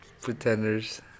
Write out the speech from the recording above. Pretenders